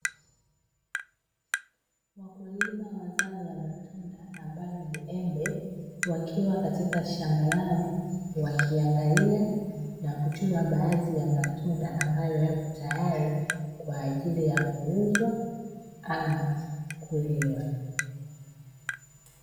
Wakulima wa zao la matunda, ambalo ni embe, wakiwa katika shamba lao. Wakiangalia na kuchuma baadhi ya matunda ambayo yapo tayari kwa ajili ya kuuzwa ama kuliwa.